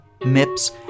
MIPS